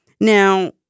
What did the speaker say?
Now